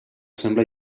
sembla